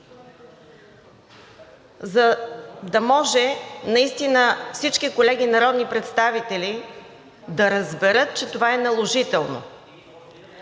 за да може наистина всички народни представители да разберат, че това е наложително.